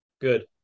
good